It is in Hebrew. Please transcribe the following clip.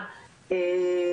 זה הובא לידיעתנו באמת